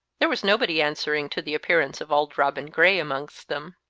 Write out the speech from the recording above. there was nobody answering to the appearance of auld robin gray amongst them.